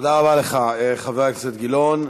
תודה רבה לך, חבר הכנסת גילאון.